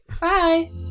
Bye